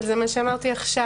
זה מה שאמרתי עכשיו.